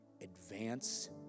advance